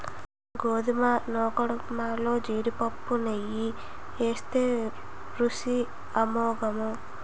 గోధుమ నూకఉప్మాలో జీడిపప్పు నెయ్యి ఏత్తే రుసి అమోఘము